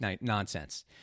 nonsense